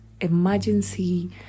emergency